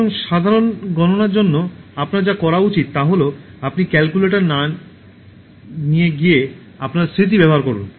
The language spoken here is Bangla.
সুতরাং সাধারণ গণনার জন্য আপনার যা করা উচিত তা হল আপনি ক্যালকুলেটরে না গিয়ে আপনার স্মৃতি ব্যবহার করুন